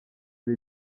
des